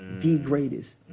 the greatest.